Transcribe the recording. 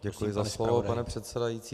Děkuji za slovo, pane předsedající.